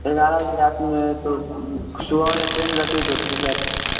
तो ग्यारह बजे रात में तो सुबह वाली ट्रेन रहती है तो उस पर बै